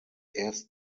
erst